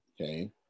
Okay